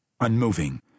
unmoving